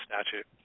statute